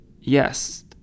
yes